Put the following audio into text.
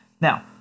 Now